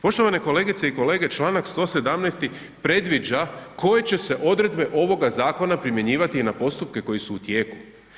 Poštovane kolegice i kolege, članak 117. predviđa koje će se odredbe ovoga zakona primjenjivati i postupke koji su u tijeku.